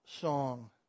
song